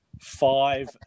five